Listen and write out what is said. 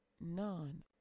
None